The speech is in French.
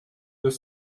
deux